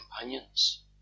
companions